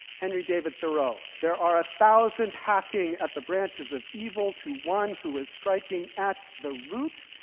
henry david thoreau there are a thousand hacking at the branches of evil to one who is striking at the root.